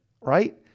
Right